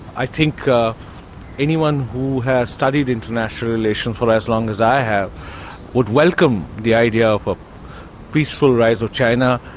i think ah anyone who has studied international relations for as long as i have would welcome the idea of a peaceful rise of china,